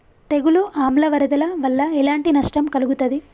తెగులు ఆమ్ల వరదల వల్ల ఎలాంటి నష్టం కలుగుతది?